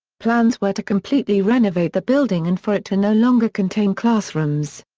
plans were to completely renovate the building and for it to no longer contain classrooms.